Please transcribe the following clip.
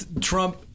Trump